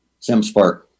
Simspark